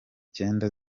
cyenda